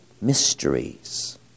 mysteries